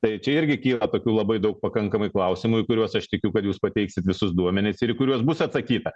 tai čia irgi kyla tokių labai daug pakankamai klausimų į kuriuos aš tikiu kad jūs pateiksite visus duomenis ir į kuriuos bus atsakyta